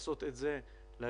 לעשות את זהו להגיד: